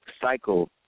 cycle